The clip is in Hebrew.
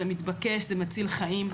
זה מתבקש, זה מציל חיים.